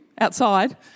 outside